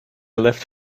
left